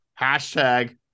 Hashtag